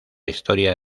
historia